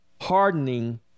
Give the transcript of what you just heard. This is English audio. hardening